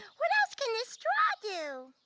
what else can this straw do?